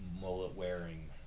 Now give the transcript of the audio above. mullet-wearing